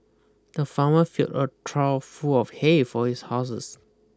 the farmer filled a trough full of hay for his houses